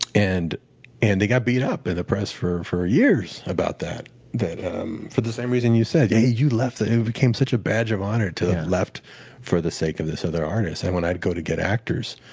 and and they got beat up in the press for for years about that that um for the same reason you said. hey, you left. it became such a badge of honor to have left for the sake of this other artist. and when i would go to get actors,